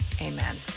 Amen